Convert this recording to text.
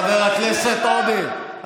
חבר הכנסת עודה,